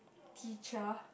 teacher